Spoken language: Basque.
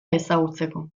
ezagutzeko